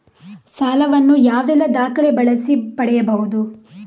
ಸಾಲ ವನ್ನು ಯಾವೆಲ್ಲ ದಾಖಲೆ ಬಳಸಿ ಪಡೆಯಬಹುದು?